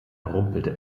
rumpelte